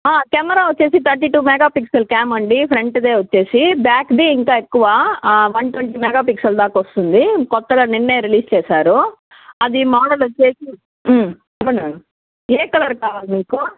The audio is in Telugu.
కెమెరా వచ్చేసి థర్టీ టూ మెగాపిక్సెల్ క్యామ్ అండి ఫ్రంట్దే వచ్చేసి బ్యాక్ది ఇంకా ఎక్కువ వన్ ట్వంటీ మెగాపిక్సెల్ దాకా వస్తుంది క్రొత్తగా నిన్నే రిలీజ్ చేసారు అది మోడల్ వచ్చేసి చెప్పండి మేడం ఏ కలర్ కావాలి మీకు